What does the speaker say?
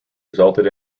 resulted